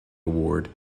award